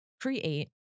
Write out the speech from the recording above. create